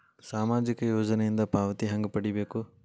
ಸಾಮಾಜಿಕ ಯೋಜನಿಯಿಂದ ಪಾವತಿ ಹೆಂಗ್ ಪಡಿಬೇಕು?